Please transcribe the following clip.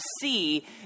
see